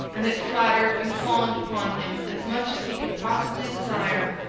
and it flattered and fawned upon him as much as he could possibly desire,